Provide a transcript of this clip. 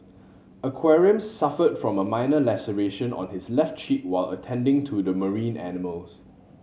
aquarium suffered from a minor laceration on his left cheek while attending to the marine animals